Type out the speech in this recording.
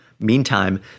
Meantime